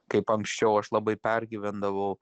kaip anksčiau aš labai pergyvendavau